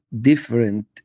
Different